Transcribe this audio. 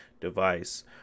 device